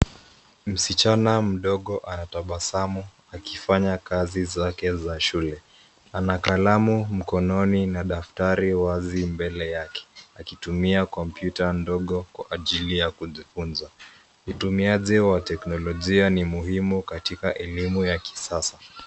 Msichana mdogo anatabasamu akifanya kazi zake za shule. Ana kalamu mkononi na daftari wazi mbele yake akitumia kompyuta ndogo kwa ajili ya kujifunza. Utumiaji wa teknolojia ni muhimu katika elimu ya kisasa.